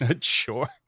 Sure